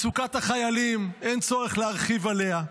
מצוקת החיילים, אין צורך להרחיב עליה,